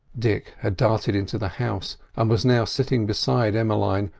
dick had darted into the house, and was now sitting beside emmeline,